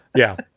yeah.